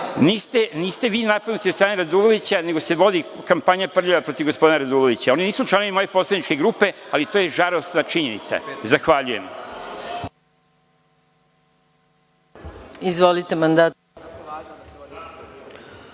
Niste vi napadnuti od strane Radulovića, nego se vodi prljava kampanja protiv gospodina Radulovića. Oni nisu članovi moje poslaničke grupe, ali to je žalosna činjenica. Zahvaljujem.